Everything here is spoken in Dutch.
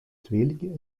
tweelingen